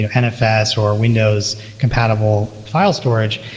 yeah nfs, or windows compatible file storage.